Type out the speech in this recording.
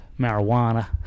marijuana